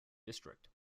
district